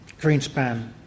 Greenspan